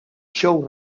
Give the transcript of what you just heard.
show